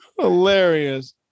Hilarious